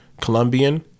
Colombian